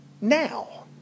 now